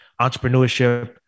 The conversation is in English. entrepreneurship